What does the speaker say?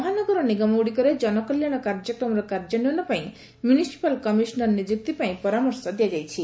ମହାନଗର ନିଗମଗୁଡ଼ିକରେ କନକଲ୍ୟାଣ କାର୍ଯ୍ୟକ୍ରମର କାର୍ଯ୍ୟାନ୍ୱୟନ ପାଇଁ ମ୍ୟୁନିସିପାଲ କମିଶନର ନିଯୁକ୍ତି ପାଇଁ ପରାମର୍ଶ ଦିଆଯାଇଛି